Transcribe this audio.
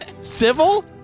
Civil